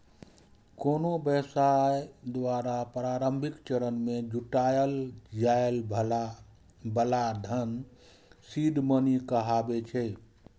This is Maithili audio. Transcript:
कोनो व्यवसाय द्वारा प्रारंभिक चरण मे जुटायल जाए बला धन सीड मनी कहाबै छै